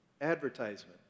advertisement